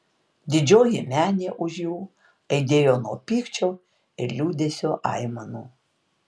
didžioji menė už jų aidėjo nuo pykčio ir liūdesio aimanų